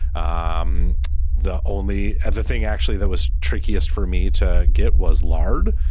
um the only other thing actually that was trickiest for me to get was lard.